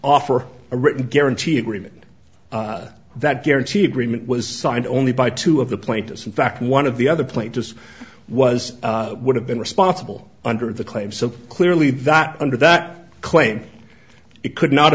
offer a written guarantee agreement that guarantee agreement was signed only by two of the plaintiffs in fact one of the other plaintiffs was would have been responsible under the claim so clearly that under that claim it could not